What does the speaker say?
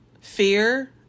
fear